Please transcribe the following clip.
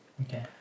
okay